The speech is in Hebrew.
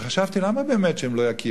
וחשבתי, למה באמת שהם לא יכירו?